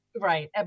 Right